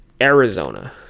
Arizona